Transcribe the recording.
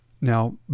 Now